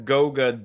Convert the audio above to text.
Goga